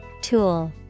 Tool